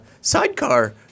sidecar